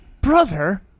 Brother